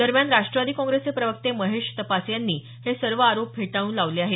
दरम्यान राष्टवादी काँग्रेसचे प्रवक्ते महेश तपासे यांनी हे सर्व आरोप फेटाळून लावले आहेत